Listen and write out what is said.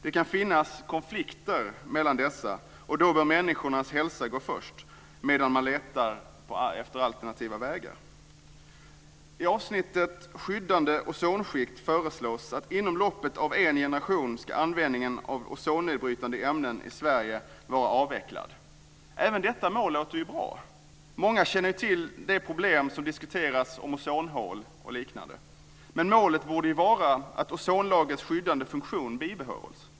Det kan finnas konflikter mellan dessa, och då bör människornas hälsa gå först medan man söker alternativa vägar. I avsnittet Skyddande ozonskikt föreslås att inom loppet av en generation ska användningen av ozonnedbrytande ämnen i Sverige vara avvecklad. Även detta mål låter bra. Många känner ju till de problem som diskuteras om ozonhål och liknande. Men målet borde vara att ozonlagrets skyddande funktion bibehålls.